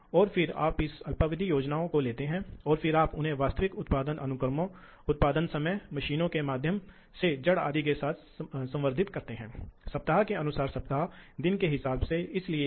तो इसलिए छोटी अवधि के लिए मशीन वास्तव में संभाल करने में सक्षम होना चाहिए मशीन वास्तव में अच्छी मात्रा में संभाल करने में सक्षम होना चाहिए आप ओवर टॉर्क को जानते हैं